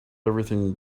everything